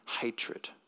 hatred